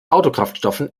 autokraftstoffen